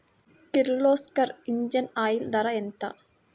Kirloskar engine oil ధర ఎంత?